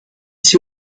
sie